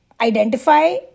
identify